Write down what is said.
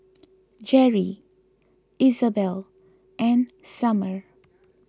Jerri Izabelle and Sommer